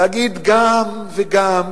להגיד: גם וגם,